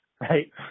right